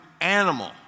animal